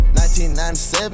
1997